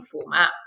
format